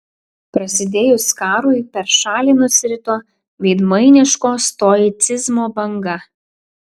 prasidėjus karui per šalį nusirito veidmainiško stoicizmo banga